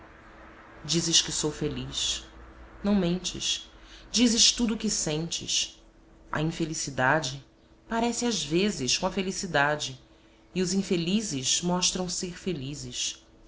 dizes que sou feliz não mentes dizes tudo que sentes a infelicidade parece às vezes com a felicidade e os infelizes mostram ser felizes